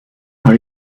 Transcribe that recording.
are